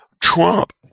Trump